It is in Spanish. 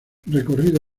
recorrido